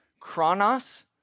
chronos